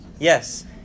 Yes